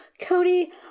Cody